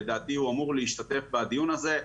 לדעתי הוא אמור להשתתף בדיון הזה,